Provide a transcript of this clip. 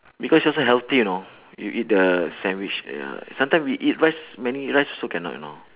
because this one healthy you know you eat the sandwich ya sometimes we eat rice many rice also cannot you know